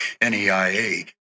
NEIA